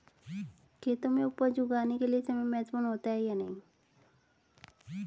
खेतों में उपज उगाने के लिये समय महत्वपूर्ण होता है या नहीं?